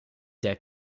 der